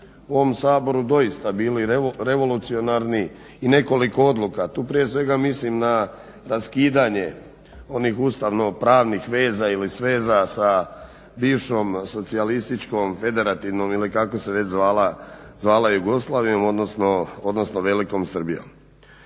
u ovom Saboru doista bili revolucionarni i nekoliko odluka. Tu prije svega mislim na raskidanje onih ustavno-pravnih veza ili sveza sa bivšom socijalističkom, federativnom ili kako se već zvala Jugoslavijom, odnosno velikom Srbijom.